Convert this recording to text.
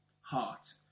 heart